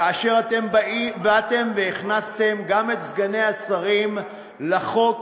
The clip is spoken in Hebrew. כאשר באתם והכנסתם גם את סגני השרים לחוק,